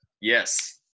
Yes